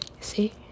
see